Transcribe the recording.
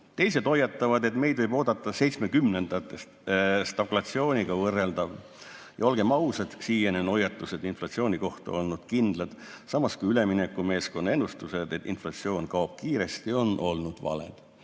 Teised hoiatavad, et meid võib oodata 1970-ndate stagflatsiooniga võrreldav [olukord]. Ja olgem ausad, siiani on hoiatused inflatsiooni kohta olnud kindlad, samas kui üleminekumeeskonna ennustused, et inflatsioon kaob kiiresti, on olnud valed.